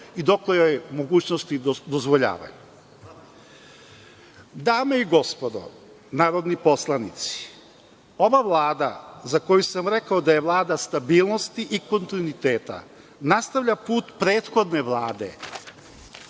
i dokle joj mogućnosti dozvoljavaju. Dame i gospodo narodni poslanici, ova Vlada, za koju sam rekao da je Vlada stabilnosti i kontinuiteta, nastavlja put prethodne Vlade,